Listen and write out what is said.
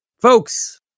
folks